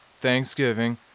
Thanksgiving